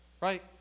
right